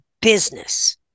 business